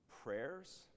prayers